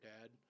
dad